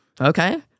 okay